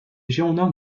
girondins